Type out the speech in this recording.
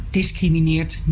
discrimineert